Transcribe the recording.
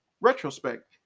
retrospect